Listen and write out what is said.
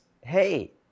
Hey